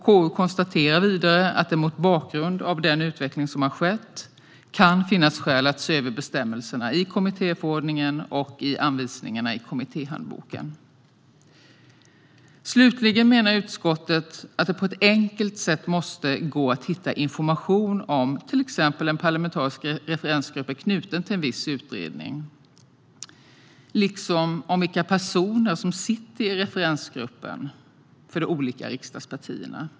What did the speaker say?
KU konstaterar vidare att det mot bakgrund av den utveckling som har skett kan finnas skäl att se över bestämmelserna i kommittéförordningen och anvisningarna i Kommittéhandboken . Slutligen menar utskottet att det på ett enkelt sätt måste gå att hitta information om till exempel en parlamentarisk referensgrupp är knuten till en viss utredning, liksom om vilka personer som sitter i referensgruppen för de olika riksdagspartierna.